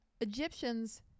Egyptians